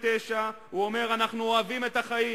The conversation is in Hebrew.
2009 הוא אומר: אנחנו אוהבים את החיים.